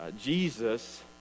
Jesus